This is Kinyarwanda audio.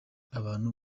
abantu